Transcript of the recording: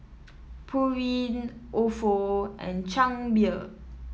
Pureen Ofo and Chang Beer